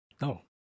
No